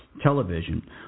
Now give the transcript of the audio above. television